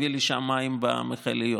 מביא לשם מים במכליות,